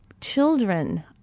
Children